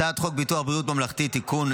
הצעת חוק ביטוח בריאות ממלכתי (תיקון,